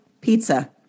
Pizza